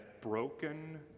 broken